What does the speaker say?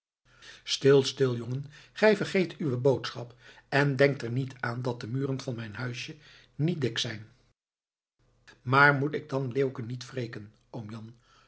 stil stil jongen gij vergeet uwe boodschap en denkt er niet aan dat de muren van mijn huisje niet dik zijn maar moet ik dan leeuwke niet wreken oom jan